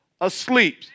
asleep